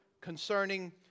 concerning